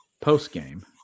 post-game